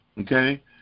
Okay